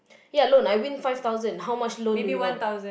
ya loan I win five thousand how much loan do you want